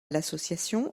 l’association